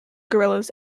guerrillas